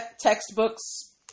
textbooks